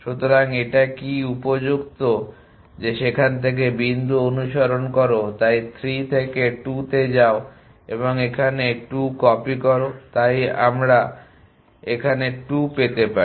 সুতরাং এটা কি উপযুক্ত যে সেখান থেকে বিন্দু অনুসরণ করো তাই 3 থেকে 2 তে যাও এবং এখানে 2 কপি করো তাই আমরা এখানে 2 পেতে পারি